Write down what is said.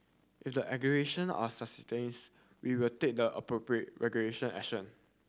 if the allegation are substance we will take the appropriate regulation action